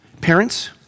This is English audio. Parents